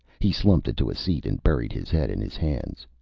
he slumped into a seat and buried his head in his hands.